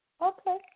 Okay